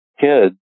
Kids